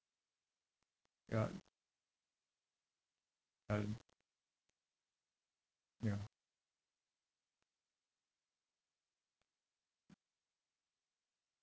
ya ya ya